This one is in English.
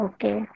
Okay